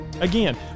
Again